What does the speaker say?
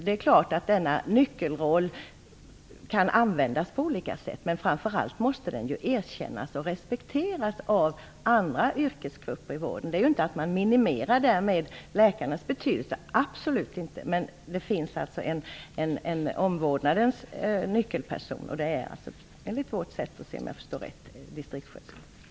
Det är klart att denna nyckelroll kan användas på olika sätt, men framför allt måste den ju erkännas och respekteras av andra yrkesgrupper inom vården. Därmed minimerar man ju inte läkarnas betydelse, absolut inte. Men det finns alltså en omvårdnadens nyckelperson, och enligt vårt sätt att se är det disktriktssköterskan.